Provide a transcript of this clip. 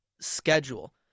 schedule